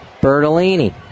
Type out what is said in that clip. Bertolini